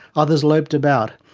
others loped about,